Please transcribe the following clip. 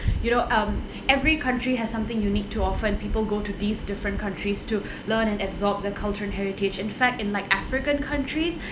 you know um every country has something unique too often people go to these different countries to learn and absorb the culture and heritage in fact in like african countries